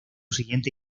siguiente